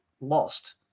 lost